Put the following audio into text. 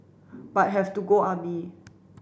but have to go army